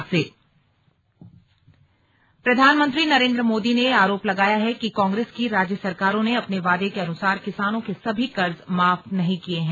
slug प्रधानमंत्री भेंटवार्ता प्रधानमंत्री नरेन्द्र मोदी ने आरोप लगाया है कि कांग्रेस की राज्य सरकारों ने अपने वादे के अनुसार किसानों के सभी कर्ज माफ नहीं किए हैं